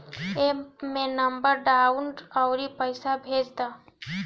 app में number डालअ अउरी पईसा भेज दअ